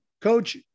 Coach